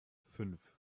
fünf